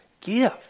give